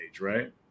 right